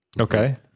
Okay